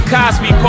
Cosby